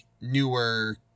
newer